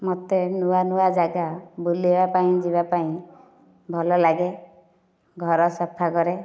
ମୋତେ ନୂଆ ନୂଆ ଜାଗା ବୁଲିବାପାଇଁ ଯିବାପାଇଁ ଭଲ ଲାଗେ ଘର ସଫା କରେ